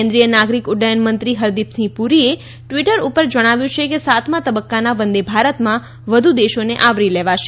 કેન્દ્રીય નાગરિક ઉડ્ડયનમંત્રી હરદિપસિંહ પુરીએ ટ્વીટર ઉપર જણાવ્યું છે કે સાતમા તબક્કાના વંદેભારતના વધુ દેશોને આવરી લેવાશે